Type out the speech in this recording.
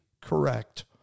correct